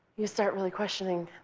you start really questioning,